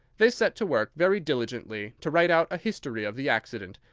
they set to work very diligently to write out a history of the accident,